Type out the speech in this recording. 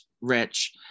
rich